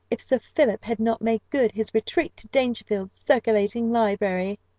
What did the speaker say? if sir philip had not made good his retreat to dangerfield's circulating library.